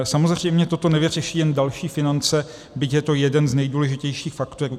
Samozřejmě toto nevyřeší jen další finance, byť je to jeden z nejdůležitějších faktorů.